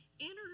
Enter